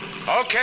Okay